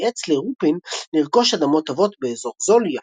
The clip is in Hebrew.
יעץ לרופין לרכוש אדמות טובות באזור זול,